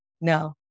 no